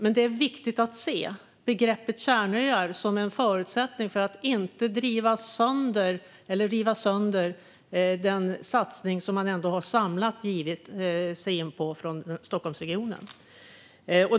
Men det är viktigt att se begreppet kärnöar som en förutsättning för att inte riva sönder den satsning som man ändå har gjort från Stockholmsregionen.